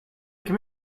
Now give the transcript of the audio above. come